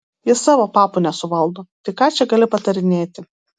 ji savo papų nesuvaldo tai ką čia gali patarinėti